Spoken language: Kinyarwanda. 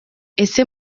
ese